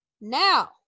Now